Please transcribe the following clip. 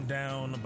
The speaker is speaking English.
down